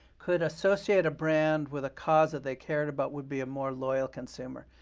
could associate a brand with a cause that they cared about would be a more loyal consumer.